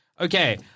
Okay